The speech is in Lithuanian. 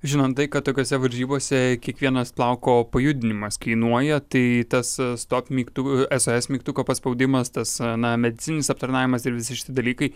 žinant tai kad tokiose varžybose kiekvienas plauko pajudinimas kainuoja tai tas stop mygtuku sos mygtuko paspaudimas tas na medicininis aptarnavimas ir visi šitie dalykai